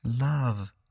Love